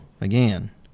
again